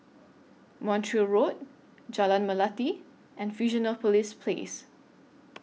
Montreal Road Jalan Melati and Fusionopolis Place